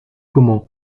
como